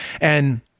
and-